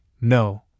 No